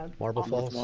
marble falls.